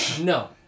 No